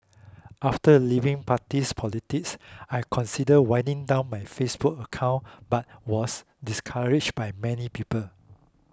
after leaving parties politics I considered winding down my Facebook accounts but was discouraged by many people